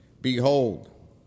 Behold